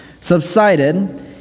subsided